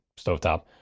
stovetop